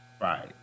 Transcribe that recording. Right